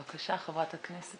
בבקשה, חברת הכנסת